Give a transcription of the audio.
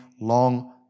long